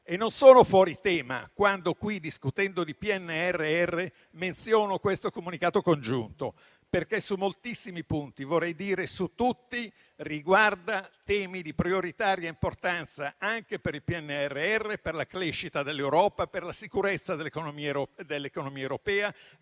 Non sono fuori tema, quando qui, discutendo di PNRR, menziono questo comunicato congiunto, perché su moltissimi punti - vorrei dire su tutti - riguarda temi di prioritaria importanza anche per il PNRR, per la crescita dell'Europa, per la sicurezza dell'economia europea,